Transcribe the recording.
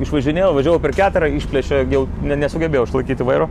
išvažinėjau važiavau per keterą išplėšė jau ne nesugebėjau išlaikyti vairo